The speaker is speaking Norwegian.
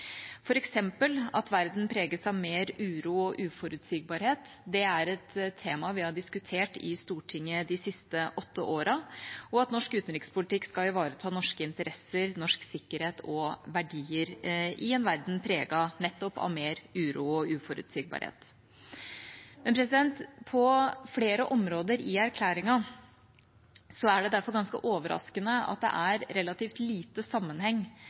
at verden preges av mer uro og uforutsigbarhet – det er et tema vi har diskutert i Stortinget de siste åtte årene – og at norsk utenrikspolitikk skal ivareta norske interesser, norsk sikkerhet og norske verdier i en verden preget nettopp av mer uro og uforutsigbarhet. På flere områder i erklæringen er det derfor ganske overraskende at det er relativt lite sammenheng